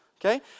Okay